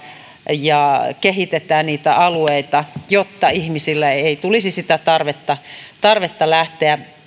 ja kehitämme niitä alueita jotta ihmisille ei ei tulisi sitä tarvetta tarvetta lähteä